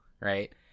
right